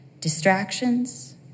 distractions